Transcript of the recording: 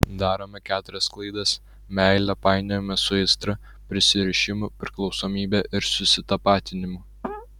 darome keturias klaidas meilę painiojame su aistra prisirišimu priklausomybe ir susitapatinimu